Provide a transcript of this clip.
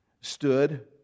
stood